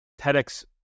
TEDx